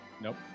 Nope